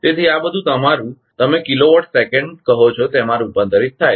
તેથી આ બધું તમારુ તમે કિલોવોટ સેકંડ કહો છો તેમાં રૂપાંતરિત થાય છે